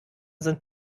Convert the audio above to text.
sind